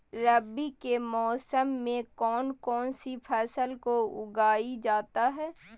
रवि के मौसम में कौन कौन सी फसल को उगाई जाता है?